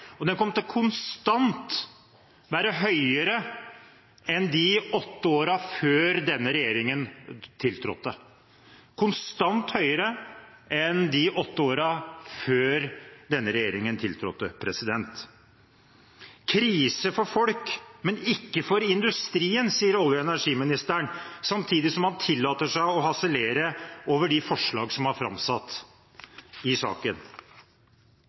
og den kommer til konstant å være høyere enn i de åtte årene før denne regjeringen tiltrådte – konstant høyere enn i de åtte årene før denne regjeringen tiltrådte. Krise for folk, men ikke for industrien, sier olje- og energiministeren, samtidig som han tillater seg å harselere over de forslag som er framsatt i saken.